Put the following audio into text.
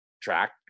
track